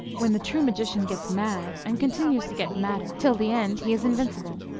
when the true magician gets mad, and continues to get madder till the end, he is invincible.